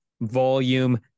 volume